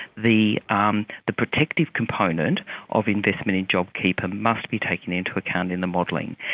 the um the protective component of investment in jobkeeper must be taken into account in the modelling.